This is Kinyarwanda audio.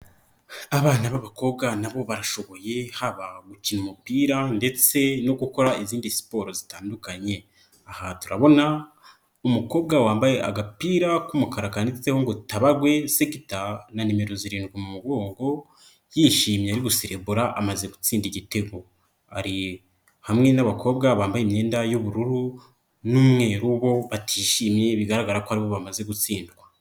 Abana b'abakobwa nabo barashoboye haba gukina umupira ndetse no gukora izindi siporo zitandukanye, aha turabona umukobwa wambaye agapira k'umukara kanditseho ngo tabagwe segita na nimero zirindwi mu mugongo yishimye ari guserebura amaze gutsinda igitego, ari hamwe n'abakobwa bambaye imyenda y'ubururu n'umweru bo batishimiye bigaragara ko aribo bamaze gutsindwa.